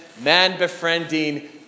man-befriending